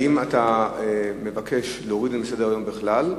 האם אתה מבקש להוריד את זה מסדר-היום בכלל,